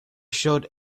showed